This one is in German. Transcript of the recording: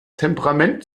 temperament